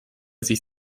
sich